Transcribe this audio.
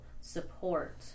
support